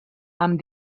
amb